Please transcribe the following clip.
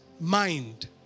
mind